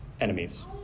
enemies